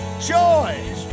Joy